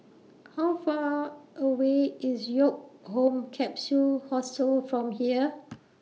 How Far away IS Woke Home Capsule Hostel from here